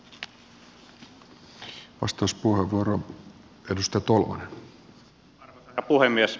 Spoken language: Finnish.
arvoisa herra puhemies